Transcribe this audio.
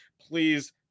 please